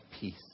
peace